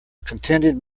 contented